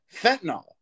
Fentanyl